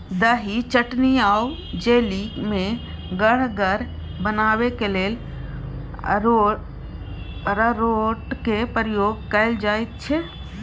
दही, चटनी आ जैली केँ गढ़गर बनेबाक लेल अरारोटक प्रयोग कएल जाइत छै